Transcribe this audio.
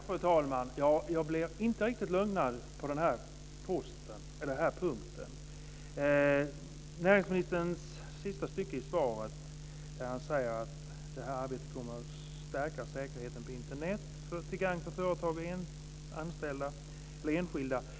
Fru talman! Jag blev inte riktigt lugnad på den här punkten. Näringsministern säger i sista stycket i svaret att arbetet kommer att stärka säkerheten på Internet till gagn för företag och enskilda.